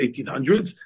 1800s